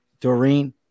Doreen